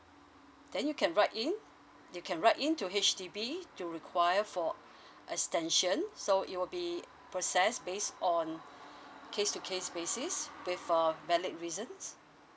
then you can write in you can write in to H_D_B to require for extension so it will be processed based on case to case basis with uh valid reasons